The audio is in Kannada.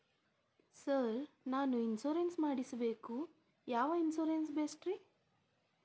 ಸರ್ ನಾನು ಇನ್ಶೂರೆನ್ಸ್ ಮಾಡಿಸಬೇಕು ಯಾವ ಇನ್ಶೂರೆನ್ಸ್ ಬೆಸ್ಟ್ರಿ?